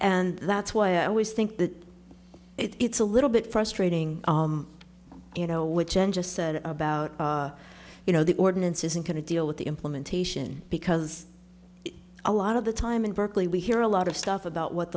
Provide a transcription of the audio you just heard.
and that's why i always think that it's a little bit frustrating you know which end just said about you know the ordinance isn't going to deal with the implementation because a lot of the time in berkeley we hear a lot of stuff about what